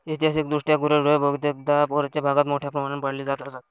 ऐतिहासिकदृष्ट्या गुरेढोरे बहुतेकदा वरच्या भागात मोठ्या प्रमाणावर पाळली जात असत